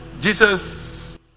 Jesus